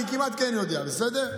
אני כמעט כן יודע, בסדר?